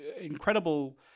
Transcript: incredible